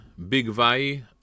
Bigvai